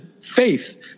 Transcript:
faith